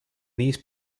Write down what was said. these